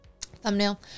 thumbnail